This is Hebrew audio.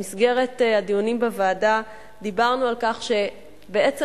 במסגרת הדיונים בוועדה דיברנו על כך שבעצם